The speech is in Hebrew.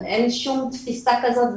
אין שום תפיסה כזאת,